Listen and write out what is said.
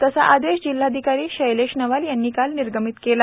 तसा आदेश जिल्हाधिकारी शैलेश नवाल यांनी काल निर्गमित केला